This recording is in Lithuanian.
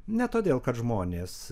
ne todėl kad žmonės